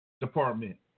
Department